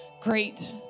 great